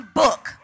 book